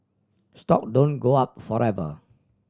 stock don't go up forever